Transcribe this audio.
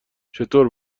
چطور